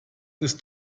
ist